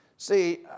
See